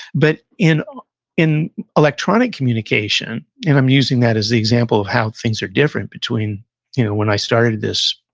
but, in in electronic communication, and i'm using that as the example of how things are different between when i started this,